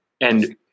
and-